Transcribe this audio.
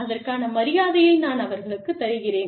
அதற்கான மரியாதையை நான் அவர்களுக்குத் தருகிறேன்